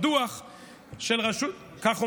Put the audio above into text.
כך אומרים,